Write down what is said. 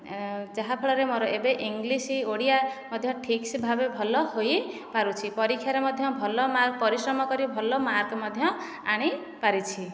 ଯାହା ଫଳରେ ଏବେ ଇଂଲିଶ ଓଡ଼ିଆ ମଧ୍ୟ ଠିକ ଭାବେ ଭଲ ହୋଇପାରୁଛି ପରୀକ୍ଷାରେ ମଧ୍ୟ ଭଲ ମାର୍କ ପରିଶ୍ରମ କରି ଭଲ ମାର୍କ ମଧ୍ୟ ଆଣିପାରିଛି